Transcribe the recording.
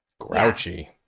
Grouchy